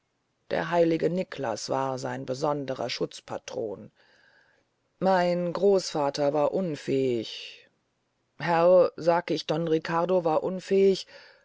der heilige niklas war sein besonderer schutzpatron mein großvater war unfähig herr sag ich don riccardo war unfähig